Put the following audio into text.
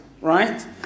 right